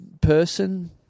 person